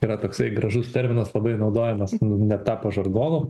yra toksai gražus terminas labai naudojamas netapo žargonu